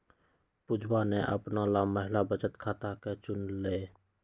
पुजवा ने अपना ला महिला बचत खाता के चुन लय